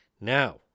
Now